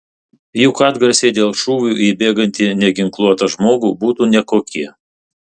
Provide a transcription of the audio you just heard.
juk atgarsiai dėl šūvių į bėgantį neginkluotą žmogų būtų nekokie